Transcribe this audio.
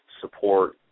support